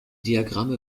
diagramme